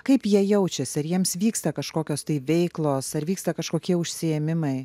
kaip jie jaučiasi ar jiems vyksta kažkokios tai veiklos ar vyksta kažkokie užsiėmimai